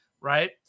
right